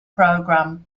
program